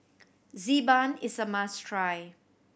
Xi Ban is a must try